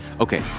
okay